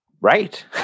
Right